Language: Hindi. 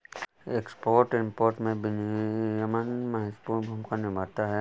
एक्सपोर्ट इंपोर्ट में विनियमन महत्वपूर्ण भूमिका निभाता है